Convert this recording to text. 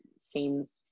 seems